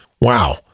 Wow